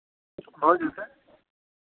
भऽ जेतै